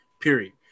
period